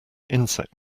insect